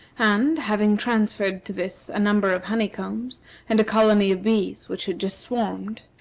and, having transferred to this a number of honey-combs and a colony of bees which had just swarmed,